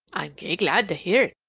i'm gey glad to hear it.